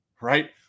right